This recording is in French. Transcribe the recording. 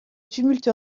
tumulte